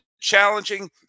challenging